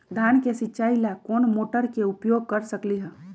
धान के सिचाई ला कोंन मोटर के उपयोग कर सकली ह?